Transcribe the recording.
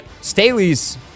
Staley's